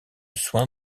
soin